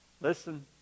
Listen